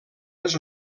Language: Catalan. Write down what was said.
les